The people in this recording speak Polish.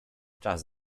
czas